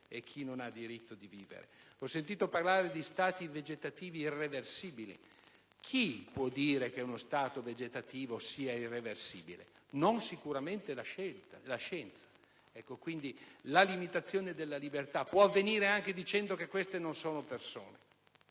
Ho sentito parlare di stati vegetativi irreversibili. Chi può dire che uno stato vegetativo sia irreversibile? Non sicuramente la scienza. Quindi, la limitazione della libertà può avvenir anche dicendo che queste non sono persone: